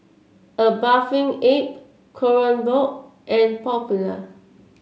A Bathing Ape Kronenbourg and Popular